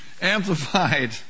Amplified